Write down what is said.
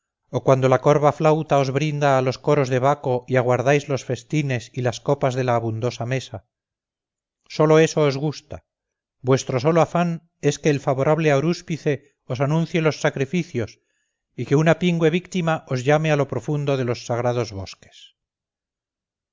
o cuando la corva flauta os brinda a los coros de baco y aguardáis los festines y las copas de la abundosa mesa sólo eso os gusta vuestro solo afán es que el favorable arúspice os anuncie los sacrificios y que una pingüe víctima os llame a lo profundo de los sagrados bosques